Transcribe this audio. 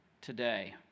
today